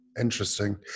Interesting